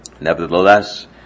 Nevertheless